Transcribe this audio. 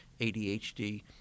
ADHD